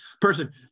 person